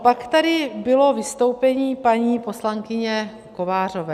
Pak tady bylo vystoupení paní poslankyně Kovářové.